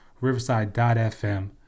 riverside.fm